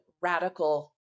radical